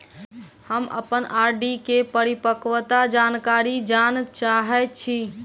हम अप्पन आर.डी केँ परिपक्वता जानकारी जानऽ चाहै छी